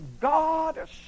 God